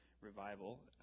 revival